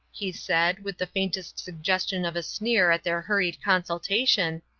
he said, with the faintest suggestion of a sneer at their hurried consultation,